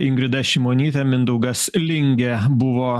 ingrida šimonytė mindaugas lingė buvo